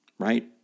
Right